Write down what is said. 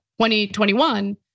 2021